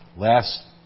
Last